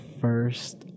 first